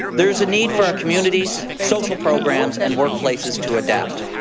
there is a need for our community's social programs and workplaces to adapt.